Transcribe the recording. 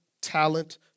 talent